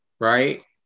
right